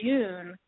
June